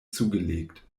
zugelegt